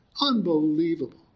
Unbelievable